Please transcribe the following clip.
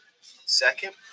Second